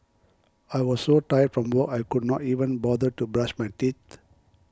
I was so tired from work I could not even bother to brush my teeth